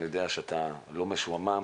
אני יודע שאתה לא משועמם.